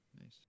Nice